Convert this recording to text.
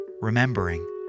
remembering